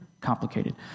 complicated